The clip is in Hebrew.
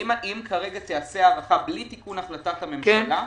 אם כרגע תיעשה הארכה בלי תיקון החלטת הממשלה,